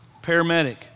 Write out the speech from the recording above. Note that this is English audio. paramedic